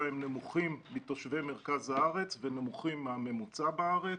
נמוכים מתושבי מרכז הארץ ונמוכים מהממוצע בארץ.